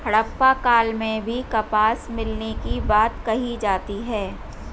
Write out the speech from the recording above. हड़प्पा काल में भी कपास मिलने की बात कही जाती है